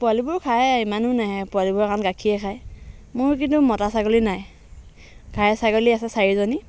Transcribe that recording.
পোৱালিবোৰেও খায় ইমানো নাই পোৱালিবোৰে কাৰণ গাখীৰে খায় মোৰ কিন্তু মতা ছাগলী নাই ঘাই ছাগলী আছে চাৰিজনী